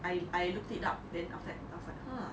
I I looked it up then after that then after that I was like hmm